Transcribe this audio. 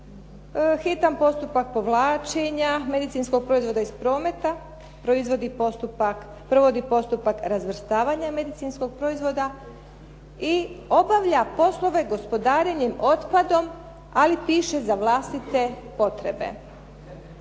hitan postupak povlačenja medicinskog proizvoda iz prometa, provodi postupak razvrstavanja medicinskog proizvoda i obavlja poslove gospodarenjem otpadom, ali piše za vlastite potrebe.